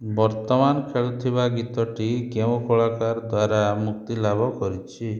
ବର୍ତ୍ତମାନ ଖେଳୁଥିବା ଗୀତଟି କେଉଁ କଳାକାର ଦ୍ୱାରା ମୁକ୍ତିଲାଭ କରିଛି